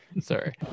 Sorry